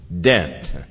dent